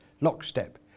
lockstep